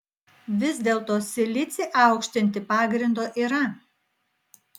vis dėlto silicį aukštinti pagrindo yra